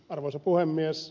arvoisa puhemies